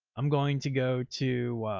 i'm going to go to,